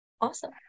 Awesome